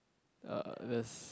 uh there's